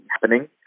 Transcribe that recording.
happening